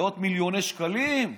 מאות מיליוני שקלים.